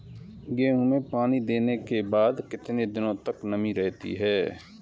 गेहूँ में पानी देने के बाद कितने दिनो तक नमी रहती है?